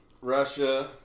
Russia